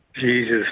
Jesus